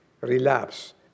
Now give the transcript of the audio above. relapse